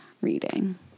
reading